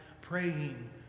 praying